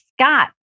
Scott